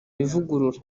ivugurura